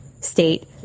state